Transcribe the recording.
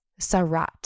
sarat